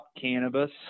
cannabis